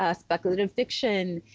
ah speculative fiction,